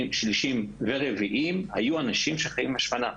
השלישי והרביעי היו אנשים שחיים עם השמנה.